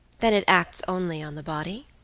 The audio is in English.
then it acts only on the body?